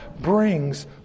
brings